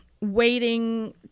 waiting